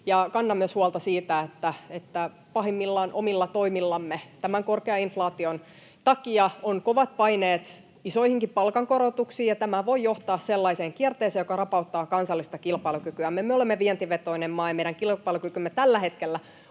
kannan myös huolta siitä, että pahimmillaan omilla toimillamme, kun korkean inflaation takia on kovat paineet isoihinkin palkankorotuksiin, tämä voi johtaa sellaiseen kierteeseen, joka rapauttaa kansallista kilpailukykyämme. Me olemme vientivetoinen maa, ja meidän kilpailukykymme tällä hetkellä